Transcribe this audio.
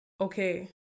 okay